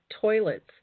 toilets